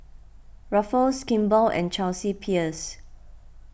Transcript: Ruffles Kimball and Chelsea Peers